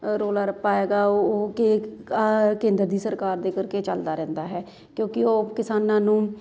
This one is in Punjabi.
ਅ ਰੌਲਾ ਰੱਪਾ ਹੈਗਾ ਓ ਉਹ ਕਿ ਕੇਂਦਰ ਦੀ ਸਰਕਾਰ ਦੇ ਕਰਕੇ ਚਲਦਾ ਰਹਿੰਦਾ ਹੈ ਕਿਉਂਕਿ ਉਹ ਕਿਸਾਨਾਂ ਨੂੰ